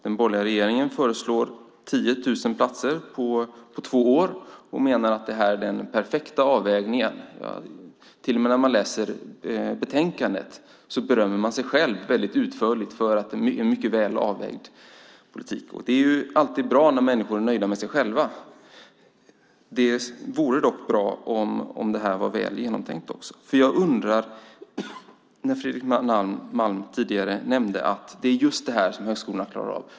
Den borgerliga regeringen föreslår 10 000 platser på två år och menar att det är den perfekta avvägningen. Till och med i betänkandet berömmer man sig själv väldigt utförligt för en mycket väl avvägd politik. Det är ju alltid bra när människor är nöjda med sig själva, men det vore bra om det här var väl genomtänkt också. Fredrik Malm nämnde tidigare att det är just det här som högskolan klarar av.